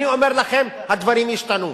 אני אומר לכם, הדברים ישתנו.